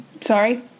sorry